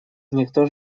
никто